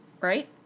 right